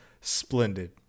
splendid